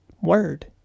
Word